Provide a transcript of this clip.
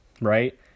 right